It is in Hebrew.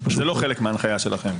זה לא חלק מההנחיה שלכם.